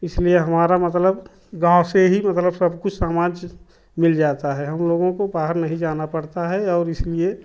इसलिए हमारा मतलब गाँव से ही मतलब सब कुछ सामान मिल जाता है हम लोगों को बाहर नहीं जाना पड़ता है और इसलिए